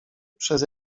przez